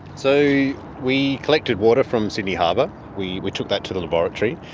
so we collected water from sydney harbour, we we took that to the laboratory,